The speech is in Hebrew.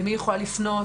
למי היא יכולה לפנות.